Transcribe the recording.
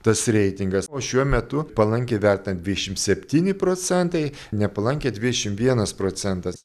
tas reitingas o šiuo metu palankiai vertinant dvidešim septyni procentai nepalankiai dvidešimt vienas procentas